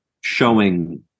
showing